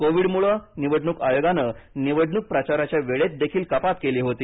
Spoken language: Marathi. कोविडमुळे निवडणूक आयोगाने निवडणूक प्रचाराच्या वेळेतदेखील कपात केली होती